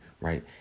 right